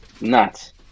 nuts